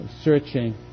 searching